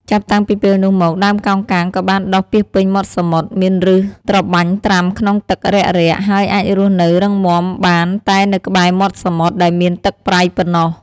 ចាប់តាំងពីពេលនោះមក ដើមកោងកាងក៏បានដុះពាសពេញមាត់សមុទ្រ មានប្ញសត្របាញ់ត្រាំក្នុងទឹករាក់ៗ ហើយអាចរស់នៅរឹងមាំបានតែនៅក្បែរមាត់សមុទ្រដែលមានទឹកប្រៃប៉ុណ្ណោះ។